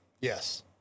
Yes